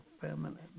feminine